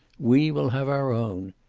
we will have our own.